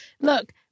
Look